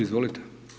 Izvolite.